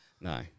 No